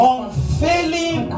Unfailing